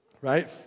Right